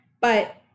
But-